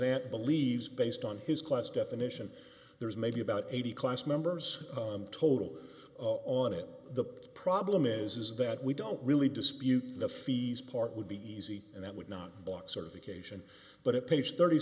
zant believes based on his class definition there's maybe about eighty class members total on it the problem is is that we don't really dispute the fees part would be easy and that would not block certification but it page thirty